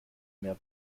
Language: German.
mehr